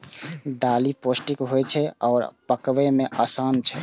दालि पौष्टिक होइ छै आ पकबै मे आसान छै